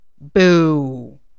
Boo